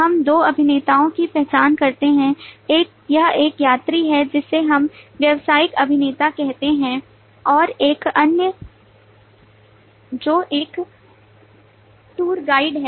हम दो अभिनेताओं की पहचान करते हैं यह एक यात्री है जिसे हम व्यावसायिक अभिनेता कहते हैं और यह एक अन्य जो एक टूर गाइड है